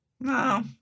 No